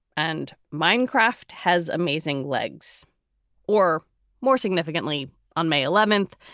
and minecraft has amazing legs or more significantly on may eleventh,